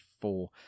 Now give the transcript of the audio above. four